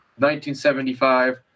1975